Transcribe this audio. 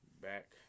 Back